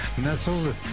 nestled